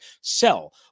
sell